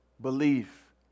belief